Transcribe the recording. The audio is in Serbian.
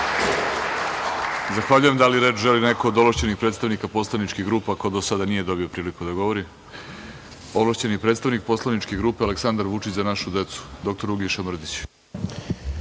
Zahvaljujem. Da li reč želi neko od ovlašćenih predstavnika poslaničkih grupa ko do sada nije dobio priliku da govori? Ovlašćeni predstavnik poslaničke grupe "Aleksandar Vučić - Za našu decu", doktor Uglješa Mrdić